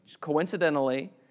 coincidentally